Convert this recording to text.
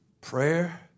prayer